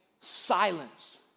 silence